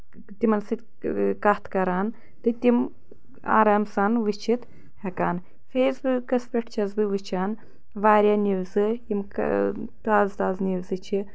تِمَن سۭتۍ کَتھ کَران تہٕ تِم آرام سان وُچھِتھ ہٮ۪کان فیس بُکَس پٮ۪ٹھ چھَس بہٕ وُچھان واریاہ نیوزٕ یِمہٕ تازٕ تازٕ نیوزٕ چھِ